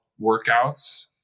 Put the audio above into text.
workouts